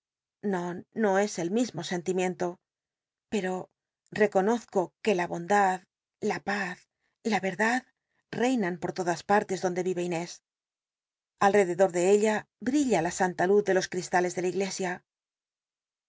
uo no es el mismo sentimiento pero reconozco que la boncl d la paz la verdad reinan por todas artes donde vive inés al rededor de ella brilla la santa luz de los cristales de la iglesia